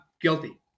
guilty